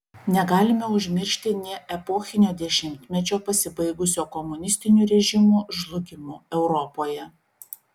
negalime užmiršti nė epochinio dešimtmečio pasibaigusio komunistinių režimų žlugimu europoje